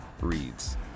reads